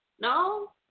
No